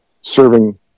serving